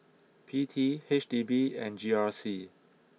P T H D B and G R C